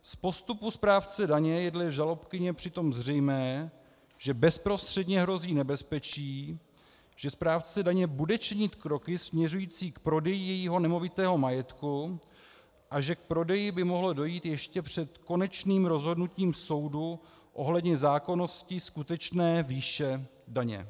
Z postupu správce daně je dle žalobkyně přitom zřejmé, že bezprostředně hrozí nebezpečí, že správce daně bude činit kroky směřující k prodeji jejího nemovitého majetku a že k prodeji by mohlo dojít ještě před konečným rozhodnutím soudu ohledně zákonnosti skutečné výše daně.